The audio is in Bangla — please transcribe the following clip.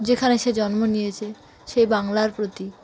যেখানে সে জন্ম নিয়েছে সেই বাংলার প্রতি